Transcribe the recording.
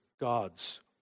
God's